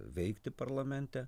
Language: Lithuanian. veikti parlamente